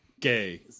Gay